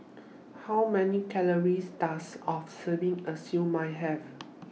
How Many Calories Does A Serving of Siew Mai Have